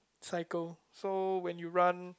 cycle so when you run